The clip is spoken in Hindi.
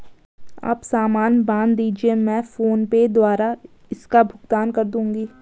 आप सामान बांध दीजिये, मैं फोन पे द्वारा इसका भुगतान कर दूंगी